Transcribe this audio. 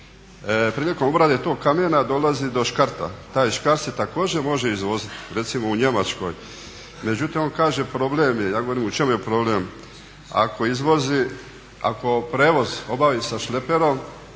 Prilikom obrade tog kamena dolazi do škarta, taj škart se također može izvoziti, recimo u Njemačku, međutim on kaže problem je. ja govorim u čemu je problem, ako prijevoz obavi sa šleperom